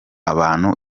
abantu